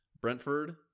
Brentford